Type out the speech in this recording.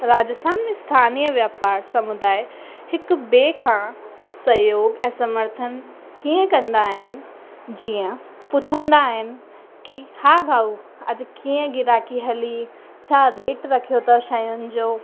राजस्थान में स्थानीय व्यापार समुदाय हिक ॿिए खां सहयोग ऐं समर्थन हीअं कंदा आहिनि जीअं पुछंदा आहिनि कि हां भाऊं अॼु कीअं ग्राहकी हली छा रेट रखियो अथव शयुनि जो